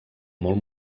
molt